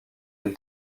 and